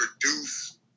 produce